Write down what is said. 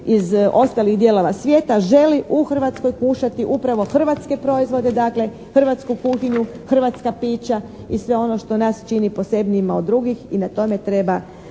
iz ostalih dijelova svijeta želi u Hrvatskoj kušati upravo hrvatske proizvode, dakle hrvatsku kuhinju, hrvatska pića i sve ono što nas čini posebnijima od drugih i na tome treba